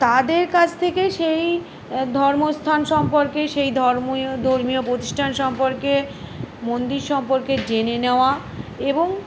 তাদের কাছ থেকে সেই ধর্মস্থান সম্পর্কে সেই ধর্মীয় ধর্মীয় প্রতিষ্ঠান সম্পর্কে মন্দির সম্পর্কে জেনে নেওয়া এবং